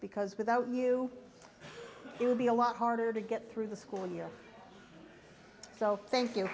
because without you it would be a lot harder to get through the school year so thank you